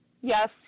Yes